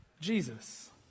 jesus